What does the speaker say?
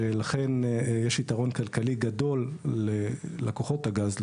לכן יש יתרון כלכלי גדול ללקוחות הגז,